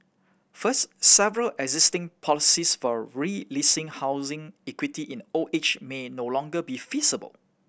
first several existing policies for releasing housing equity in the old age may no longer be feasible